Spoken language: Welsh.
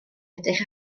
edrych